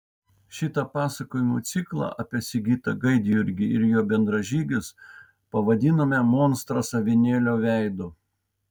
šitą pasakojimų ciklą apie sigitą gaidjurgį ir jo bendražygius pavadinome monstras avinėlio veidu